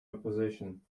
opposition